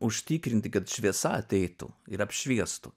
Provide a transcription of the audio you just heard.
užtikrinti kad šviesa ateitų ir apšviestų